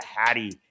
Hattie